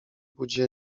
budzi